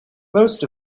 most